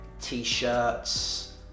t-shirts